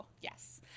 Yes